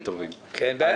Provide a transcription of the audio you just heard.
כל מה